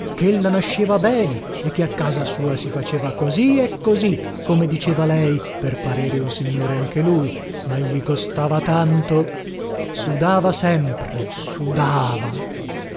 così come diceva lei per parere un signore anche lui ma gli costava tanto sudava sempre sudava